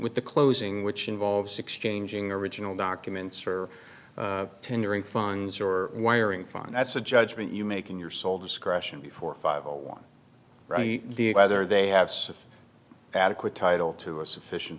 with the closing which involves exchanging original documents or tendering funds or wiring fund that's a judgment you make in your sole discretion before five zero one whether they have adequate title to a sufficient